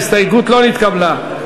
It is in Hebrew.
ההסתייגות לא נתקבלה.